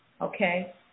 okay